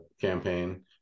campaign